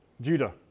Judah